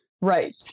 Right